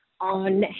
on